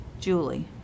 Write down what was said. Julie